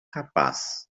capaz